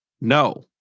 No